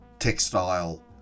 textile